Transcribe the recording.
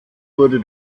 wurde